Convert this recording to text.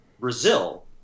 Brazil